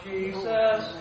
Jesus